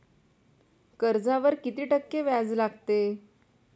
कर्जावर किती टक्के व्याज लागते?